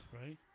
right